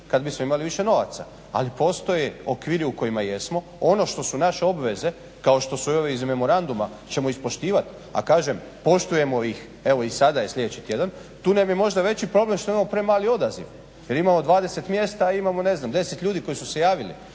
kad bismo imali više novaca. Ali postoje okviri u kojima jesmo. Ono što su naše obveze kao što su i ove iz memoranduma ćemo ispoštivati, a kažem poštujemo ih evo i sada i sljedeći tjedan. Tu nam je možda veći problem što imamo premali odaziv jer imamo 20 mjesta a imamo ne znam, 10 ljudi koji su se javili.